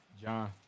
John